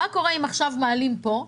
אם מעלים עכשיו פה,